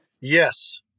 Yes